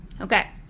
Okay